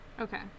Okay